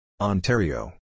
Ontario